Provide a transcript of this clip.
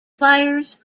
players